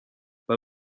bei